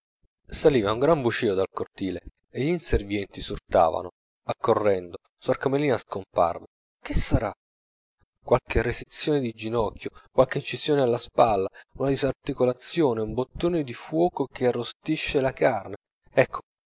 saliva un gran vocio dal cortile e gl'inservienti s'urtavano accorrendo suor carmelina scomparve che sarà qualche resezione di ginocchio qualche incisione alla spalla una disarticolazione un bottone di fuoco che arrostisce la carne ecco